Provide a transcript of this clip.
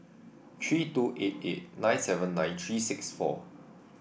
three two eight eight nine seven nine three six four